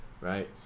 Right